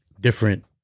different